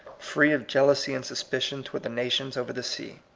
free of jealousy and suspicion toward the nations over the sea.